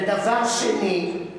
ודבר שני,